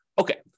Okay